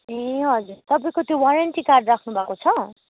ए हजुर तपाईँको त्यो वारन्टी कार्ड राख्नुभएको छ